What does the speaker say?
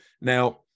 Now